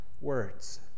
words